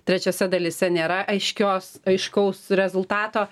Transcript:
trečiose dalyse nėra aiškios aiškaus rezultato